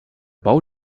bau